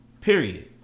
Period